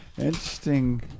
Interesting